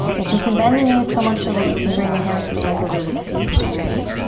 if you can bend the knees so much so that you can bring the hands to the ankles or the feet, great.